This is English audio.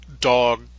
dog